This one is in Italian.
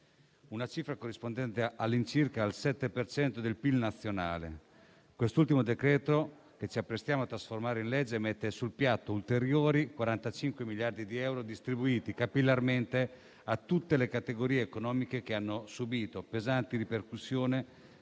una cifra corrispondente all'incirca al 7 per cento del PIL nazionale. Quest'ultimo decreto-legge, che ci apprestiamo a convertire in legge, mette sul piatto ulteriori 45 miliardi di euro, distribuiti capillarmente a tutte le categorie economiche che hanno subito pesanti ripercussioni